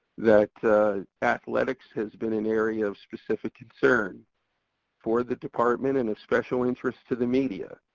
that athletics has been an area of specific concern for the department and of special interest to the media.